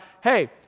hey